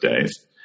days